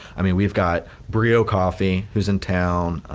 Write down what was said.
i mean we've got brio coffee whose in town,